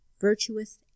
virtuous